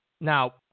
Now